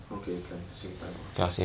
okay can same time ah